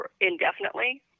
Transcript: indefinitely